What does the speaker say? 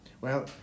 Well